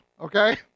okay